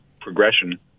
progression